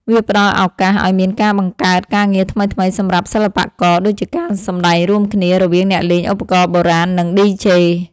វាផ្ដល់ឱកាសឱ្យមានការបង្កើតការងារថ្មីៗសម្រាប់សិល្បករ ដូចជាការសម្ដែងរួមគ្នា រវាងអ្នកលេងឧបករណ៍បុរាណ និង DJ។